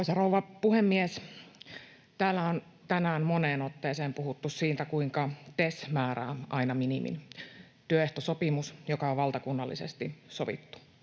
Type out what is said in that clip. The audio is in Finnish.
Arvoisa rouva puhemies! Täällä on tänään moneen otteeseen puhuttu siitä, kuinka TES määrää aina minimin — työehtosopimus, joka on valtakunnallisesti sovittu.